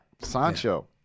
Sancho